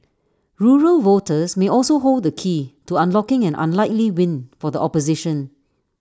rural voters may also hold the key to unlocking an unlikely win for the opposition